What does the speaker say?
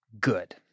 Good